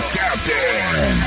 captain